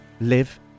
live